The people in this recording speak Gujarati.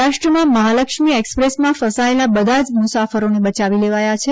મહારાષ્ટ્રમાં મહાલક્ષ્મી એક્સપ્રેસમાં ફસાયેલા બધા જ મુસાફરોને બચાવી લેવાયા છે